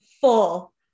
full